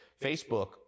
Facebook